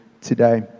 today